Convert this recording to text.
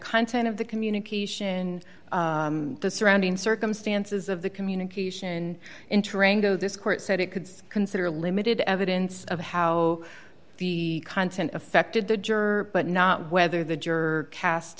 content of the communication the surrounding circumstances of the communication entering though this court said it could consider limited evidence of how the content affected the juror but not whether the juror cast